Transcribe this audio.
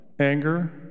anger